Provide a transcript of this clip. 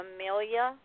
Amelia